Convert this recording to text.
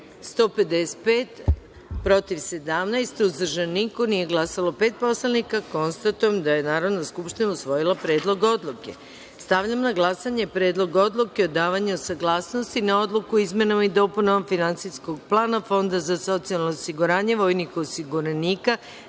155, protiv – 17, uzdržanih – nema, nije glasalo pet poslanika. Konstatujem da je Narodna skupština usvojila Predlog odluke. Stavljam na glasanje Predlog odluke o davanju saglasnosti na Odluku o izmenama i dopunama Finansijskog plana Fonda za socijalno osiguranje vojnih osiguranika